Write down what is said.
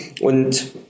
Und